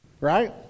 Right